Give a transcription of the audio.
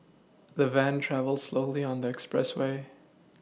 the van travelled slowly on the expressway